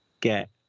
get